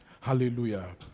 Hallelujah